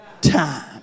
time